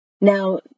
Now